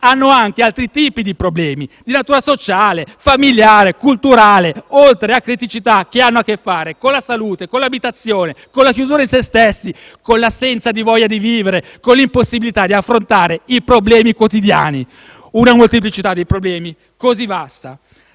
hanno anche altri tipi di problemi di natura sociale, familiare, culturale, oltre a criticità che hanno a che fare con la salute, l'abitazione, la chiusura in se stessi, l'assenza di voglia di vivere e l'impossibilità di affrontare i problemi quotidiani. Una molteplicità di problemi così vasta